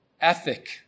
ethic